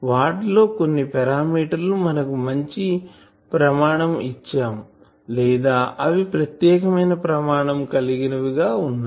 వాటిలో కొన్ని పారామీటర్ లు కు మనం మంచి ప్రమాణం ఇచ్చాం లేదా అవి ప్రత్యేకమైన ప్రమాణం కలిగినవి గా వున్నాయి